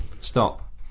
stop